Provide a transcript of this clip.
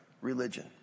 religion